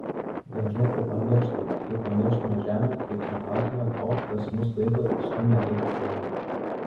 dažnai tai pamirštame kaip pamirštame žemę kaip nematome to kas mus laiko ir stumia eiti pirmyn